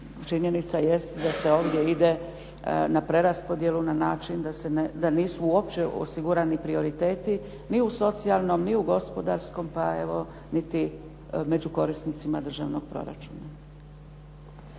činjenica jest da se ovdje ide na preraspodjelu na način da nisu uopće osigurani prioriteti ni u socijalnom, ni u gospodarskom, pa evo niti među korisnicima državnog proračuna.